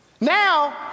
now